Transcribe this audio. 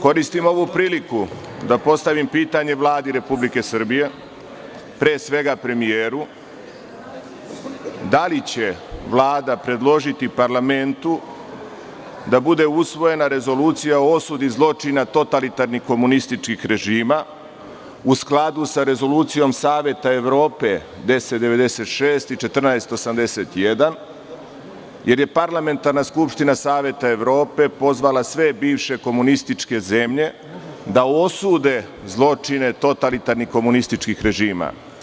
Koristim ovu priliku da postavim pitanje Vladi Republike Srbije, pre svega premijeru, da li će Vlada predložiti parlamentu da bude usvojena rezolucija o osudi zločina totalitarnih komunističkih režima, u skladu sa Rezolucijom Saveta Evrope 1096 i 1481, jer je Parlamentarna skupština Saveta Evrope pozvala sve bivše komunističke zemlje da osude zločine totalitarnih komunističkih režima.